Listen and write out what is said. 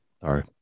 Sorry